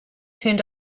turned